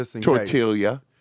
Tortilla